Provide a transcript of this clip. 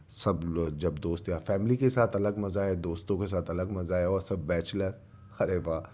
سب لوگ جب دوست یا فیملی کے ساتھ الگ مزہ ہے دوستوں کے ساتھ الگ مزہ ہے اور سب بیچلر ارے واہ